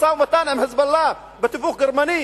משא-ומתן עם "חיזבאללה" בתיווך גרמני